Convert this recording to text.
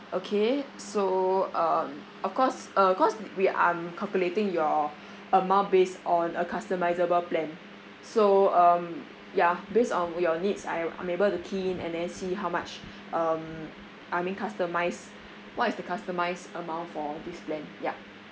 okay so um of course uh cause we I'm calculating your amount based on a customisable plan so um yeah based on your needs I I'm able to key in and then see how much um I mean customise what is the customised amount for this plan ya